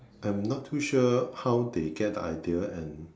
I'm not too sure how they get the idea and